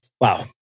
Wow